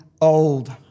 old